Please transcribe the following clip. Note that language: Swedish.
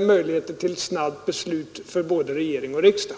och möjligheter till snabbt beslut för både regering och riksdag.